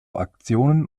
auktionen